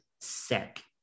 sick